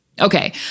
Okay